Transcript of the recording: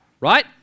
Right